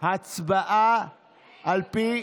על פי